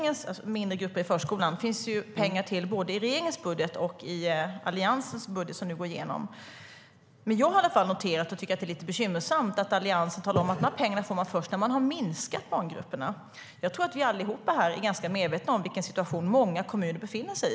Mindre grupper i förskolan finns det pengar till både i regeringens budget och i Alliansens budget, som nu går igenom. Men jag har i alla fall noterat och tycker att det är lite bekymmersamt att Alliansen nu talar om att de här pengarna får man först när man har minskat barngrupperna. Jag tror att vi alla här är ganska medvetna om vilken situation många kommuner befinner sig i.